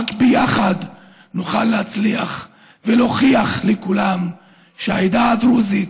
רק ביחד נוכל להצליח ולהוכיח לכולם שהעדה הדרוזית